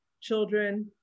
children